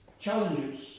challenges